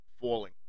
falling